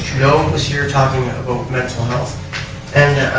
you know this year talking ah about mental health and